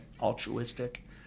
altruistic